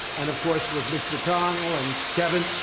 and of course with mitch mcconnell and kevin.